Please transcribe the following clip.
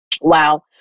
Wow